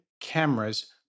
cameras